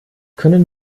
können